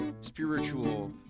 spiritual